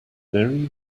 very